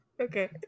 Okay